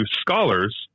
scholars